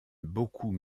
beaucoup